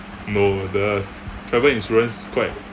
no the travel insurance quite